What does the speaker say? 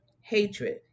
hatred